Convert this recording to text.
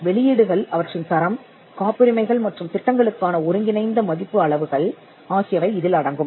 வெளியீடுகள் அவற்றின் தரம் காப்புரிமைகள் மற்றும் திட்டங்களுக்கான ஒருங்கிணைந்த மதிப்பு அளவுகள் ஆகியவை இதில் அடங்கும்